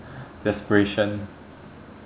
desperation